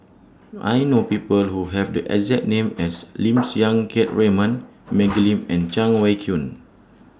I know People Who Have The exact name as Lim Siang Keat Raymond Maggie Lim and Cheng Wai Keung